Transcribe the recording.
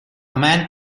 man